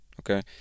okay